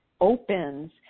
opens